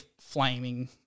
flaming